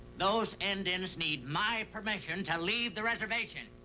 those indians need my permission to leave the reservation.